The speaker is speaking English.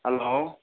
hello